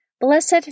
Blessed